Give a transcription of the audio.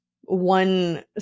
one